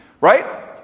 right